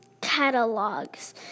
catalogs